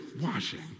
washing